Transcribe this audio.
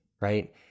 Right